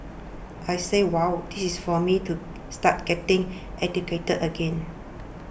I said wow this is for me to start getting educated again